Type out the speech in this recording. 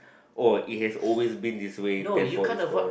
oh it has always been this way therefore it's correct